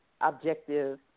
objective